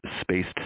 spaced